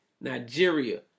Nigeria